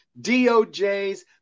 DOJ's